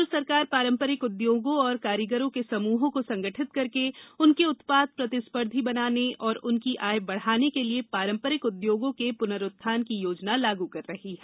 केन्द्र सरकार पारंपरिक उद्योगों और कारीगरों के समूहों को संगठित करके उनके उत्पाद प्रतिस्पर्धी बनाने और उनकी आय बढ़ाने के लिए पारंपरिक उद्योगों के पुनरूत्थान की योजना लागू कर रही है